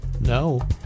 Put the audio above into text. No